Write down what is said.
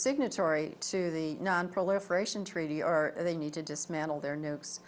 signatory to the nonproliferation treaty or they need to dismantle their nukes